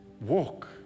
Walk